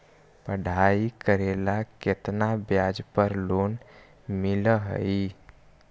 पढाई करेला केतना ब्याज पर लोन मिल हइ?